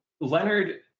Leonard